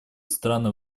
страны